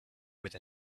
with